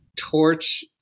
torch